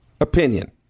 opinion